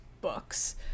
books